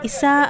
Isa